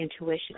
intuition